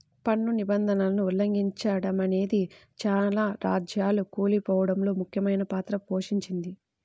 పన్ను నిబంధనలను ఉల్లంఘిచడమనేదే చాలా రాజ్యాలు కూలిపోడంలో ముఖ్యమైన పాత్ర పోషించింది